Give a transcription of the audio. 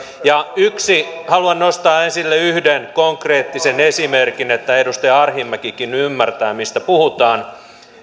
haluan nostaa esille yhden konkreettisen esimerkin niin että edustaja arhinmäkikin ymmärtää mistä puhutaan